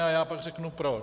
A já pak řeknu proč.